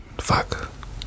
Fuck